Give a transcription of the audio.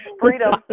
Freedom